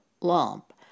lump